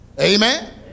amen